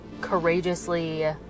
courageously